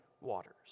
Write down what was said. waters